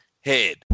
head